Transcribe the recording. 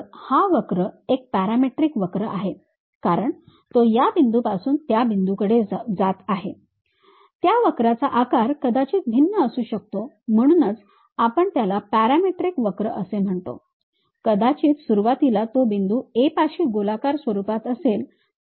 तर हा वक्र हा एक पॅरामेट्रिक वक्र आहे कारण तो या बिंदूपासून त्या बिंदूकडे जात आहे त्या वक्रचा आकार कदाचित भिन्न असू शकतो म्हणूनच आपण त्याला पॅरामेट्रिक वक्र असे म्हणतो कदाचित सुरुवातीला तो बिंदू A पाशी गोलाकार स्वरूपात असेल